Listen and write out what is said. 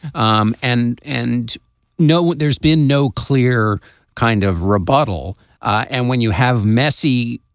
um and and no there's been no clear kind of rebuttal and when you have messy